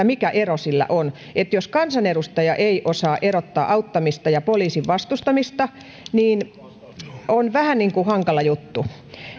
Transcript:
mikä ero niillä on jos kansanedustaja ei osaa erottaa auttamista ja poliisin vastustamista niin on vähän niin kuin hankala juttu